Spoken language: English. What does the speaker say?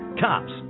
cops